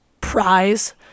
prize